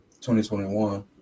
2021